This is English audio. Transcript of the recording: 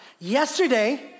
Yesterday